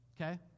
Okay